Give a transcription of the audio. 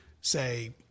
say